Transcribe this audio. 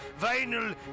Vinyl